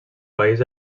país